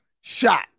Shot